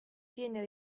viene